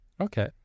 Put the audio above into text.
Okay